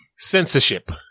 Censorship